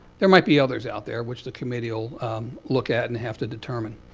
there might be others out there, which the committee will look at, and have to determine.